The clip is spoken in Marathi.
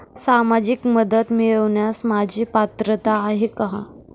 सामाजिक मदत मिळवण्यास माझी पात्रता आहे का?